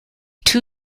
two